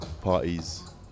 parties